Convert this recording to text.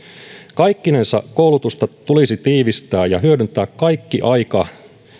kaikkinensa koulutusta tulisi tiivistää ja hyödyntää kaikki aika